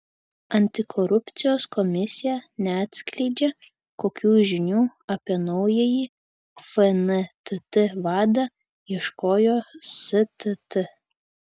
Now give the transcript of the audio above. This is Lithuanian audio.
antikorupcijos komisija neatskleidžia kokių žinių apie naująjį fntt vadą ieškojo stt